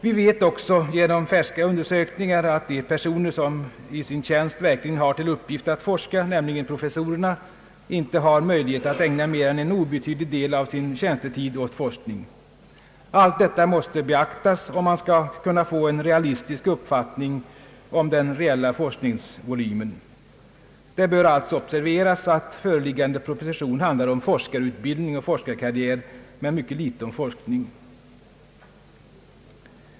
Vi vet också genom färska undersökningar att de personer som i sin tjänst verkligen har till uppgift att forska, nämligen professorerna, inte har möjlighet att ägna mer än en obetydlig del av sin tjänstetid åt forskning. Allt detta måste beaktas, om man skall kunna få en realistisk uppfattning om den reella forskningsvolymen. Det bör alltså observeras att föreliggande proposition handlar om forskarutbildning och forskarkarriär men mycket litet om forskning.